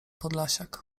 podlasiak